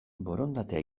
borondatea